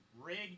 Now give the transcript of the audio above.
rigged